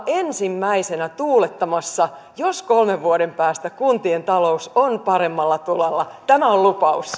ensimmäisenä tuulettamassa jos kolmen vuoden päästä kuntien talous on paremmalla tolalla tämä on lupaus